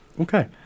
Okay